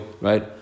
right